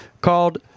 called